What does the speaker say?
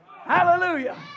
Hallelujah